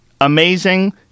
Amazing